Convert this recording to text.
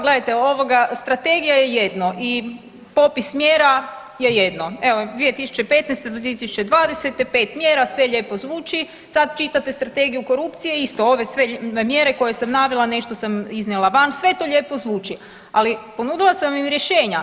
Gledajte, ovoga strategija je jedno i popis mjera je jedno, evo 2015. do 2020. 5 mjera, sve lijepo zvuči, sad čitate Strategiju korupcije, isto sve ove mjere koje sam navela, nešto sam iznijela van, sve to lijepo zvuči, ali ponudila sam im rješenja.